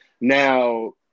Now